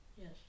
Yes